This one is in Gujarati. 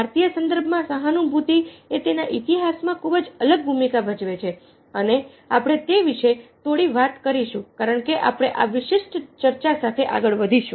ભારતીય સંદર્ભમાં સહાનુભૂતિ એ તેના ઇતિહાસમાં ખૂબ જ અલગ ભૂમિકા ભજવે છે અને આપણે તે વિષે થોડી વાત કરીશું કારણ કે આપણે આ વિશિષ્ટ ચર્ચા સાથે આગળ વધીશું